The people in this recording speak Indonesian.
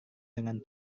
dengan